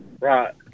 Right